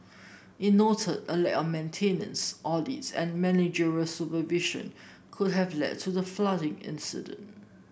it noted a lack of maintenance audits and managerial supervision could have led to the flooding incident